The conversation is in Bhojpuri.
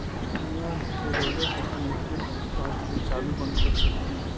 ईहवा से रऊआ आपन ए.टी.एम कार्ड के चालू बंद कर सकेनी